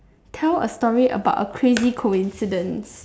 tell a story about a crazy coincidence